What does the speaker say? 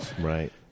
Right